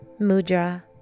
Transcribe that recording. mudra